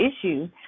issue